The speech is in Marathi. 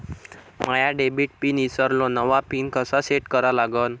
माया डेबिट पिन ईसरलो, नवा पिन कसा सेट करा लागन?